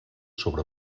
sobre